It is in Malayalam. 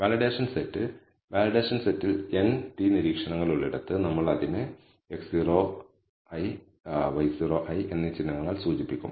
വാലിഡേഷൻ സെറ്റ് വാലിഡേഷൻ സെറ്റിൽ n t നിരീക്ഷണങ്ങൾ ഉള്ളിടത്ത് നമ്മൾ അതിനെ x0 i y0 i എന്നീ ചിഹ്നങ്ങളാൽ സൂചിപ്പിക്കും